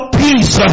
peace